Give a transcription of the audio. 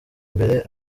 imbere